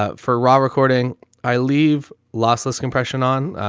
ah for rod recording i leave lossless compression on.